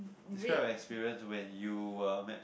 describe an experience when you were match